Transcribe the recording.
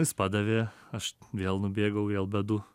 jis padavė aš vėl nubėgau vėl bedu